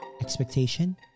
expectation